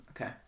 Okay